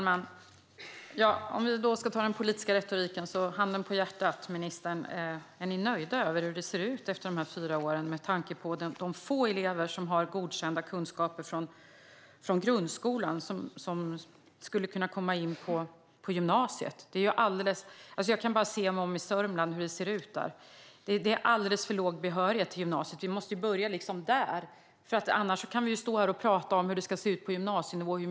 Herr talman! Handen på hjärtat, ministern, om vi ska ha den politiska retoriken: Är ni nöjda med hur det ser ut efter de här fyra åren, med tanke på hur få elever som har godkända kunskaper från grundskolan och som därmed skulle kunna komma in på gymnasiet? Jag kan bara se mig om hur det ser ut i Sörmland. Det är alldeles för låg behörighet till gymnasiet. Vi måste börja där, annars kan vi stå här och prata hur mycket som helst om hur det ska se ut på gymnasienivå.